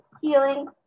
healing